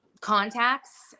contacts